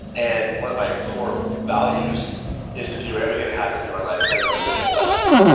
and one of my core values is to view everything that happens in my life as a living lesson.